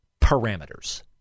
parameters